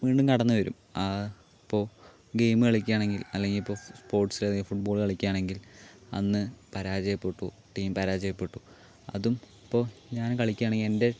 വീണ്ടും കടന്നു വരും ആ ഇപ്പോൾ ഗെയിം കളിക്കുകയാണെങ്കിൽ അല്ലെങ്കിൽ ഇപ്പോൾ സ്പോർട്സിൽ ഏതെങ്കിലും ഫുട്ബോൾ കളിക്കുകയാണെങ്കിൽ അന്ന് പരാജയപ്പെട്ടു ടീം പരാജയപ്പെട്ടു അതും ഇപ്പോൾ ഞാനും കളിക്കുകയാണെങ്കിൽ എൻ്റെ